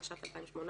התשע"ט-2018",